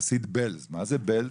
חסיד בעלז, מה זה בעלז?